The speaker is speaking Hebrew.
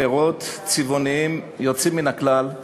פירות צבעוניים יוצאים מן הכלל,